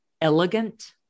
elegant